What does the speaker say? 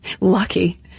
lucky